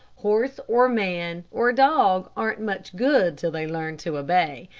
horse, or man, or dog aren't much good till they learn to obey,